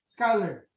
Skyler